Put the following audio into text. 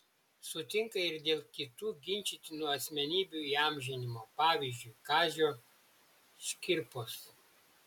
sutinka ir dėl kitų ginčytinų asmenybių įamžinimo pavyzdžiui kazio škirpos